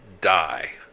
die